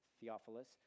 Theophilus